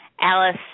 Alice